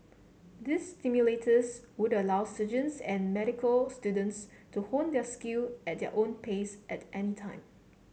these simulators would allow surgeons and medical students to hone their skill at their own pace at any time